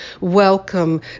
welcome